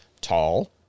tall